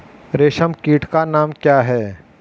रेशम कीट का नाम क्या है?